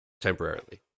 temporarily